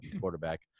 quarterback